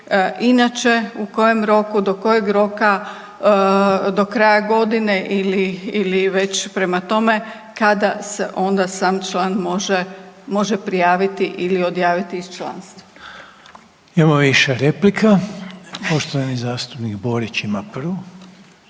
inače u kojem roku, do kojeg roka, do kraja godine ili već prema tome kada se onda sam član može prijaviti ili odjaviti iz članstva. **Reiner, Željko (HDZ)** Imamo više replika, poštovani zastupnik Borić ima prvu.